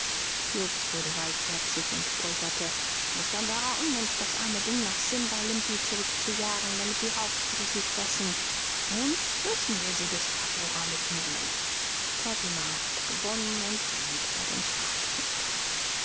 jobst wurde weichherzig und polterte du bist ja ein wahrer unmensch das arme ding nach simbalimpi zurückzujagen damit die raubtiere sie fressen nun müssen wir sie bis tabora mitnehmen fatima hatte gewonnen und blieb bei den pfadfindern